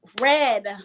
Red